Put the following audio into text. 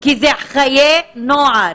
כי אלו חיי נוער.